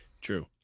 True